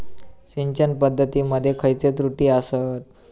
सिंचन पद्धती मध्ये खयचे त्रुटी आसत?